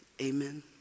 Amen